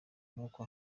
nuko